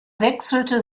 wechselte